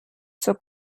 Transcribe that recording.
zur